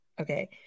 Okay